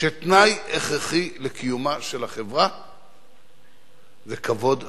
שתנאי הכרחי לקיומה של החברה זה כבוד הדדי.